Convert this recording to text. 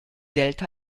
delta